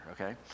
okay